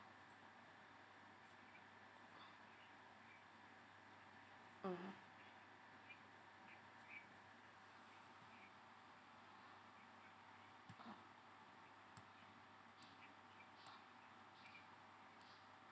mmhmm